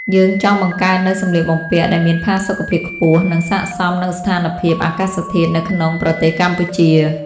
យើងចង់បង្កើតនូវសម្លៀកបំពាក់ដែលមានផាសុកភាពខ្ពស់ និងស័ក្តិសមនឹងស្ថានភាពអាកាសធាតុនៅក្នុងប្រទេសកម្ពុជា។